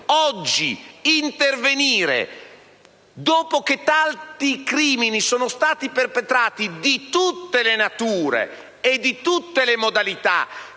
Oggi intervenire dopo che tanti crimini sono stati perpetrati, di tutte le nature e di tutte le modalità,